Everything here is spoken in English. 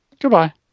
Goodbye